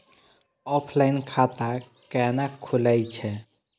Offline खाता कैना खुलै छै?